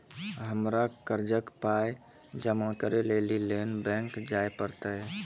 हमरा कर्जक पाय जमा करै लेली लेल बैंक जाए परतै?